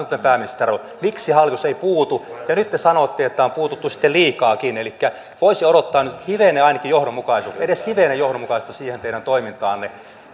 kuten pääministeri kertoi ja kysytte miksi hallitus ei puutu ja nyt te sanotte että on puututtu sitten liikaakin elikkä voisi odottaa nyt ainakin hivenen johdonmukaisuutta edes hivenen johdonmukaisuutta siihen teidän toimintaanne